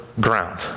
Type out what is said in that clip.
ground